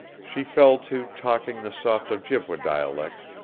she fell to talking the soft ojibway dialect,